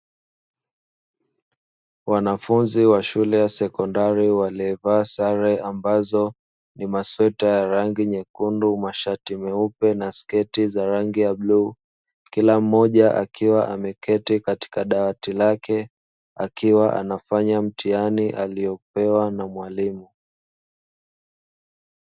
Wanafunzi wa shule ya sekondari, waliovaa sare ambazo ni masweta ya rangi nyekundu, mashati meupe na sketi za rangi ya bluu. Kila mmoja akiwa ameketi katika dawati lake, akiwa anafanya mtihani aliopewa na mwalimu.